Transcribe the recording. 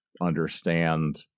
understand